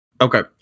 Okay